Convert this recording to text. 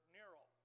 Nero